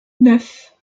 neuf